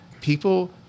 people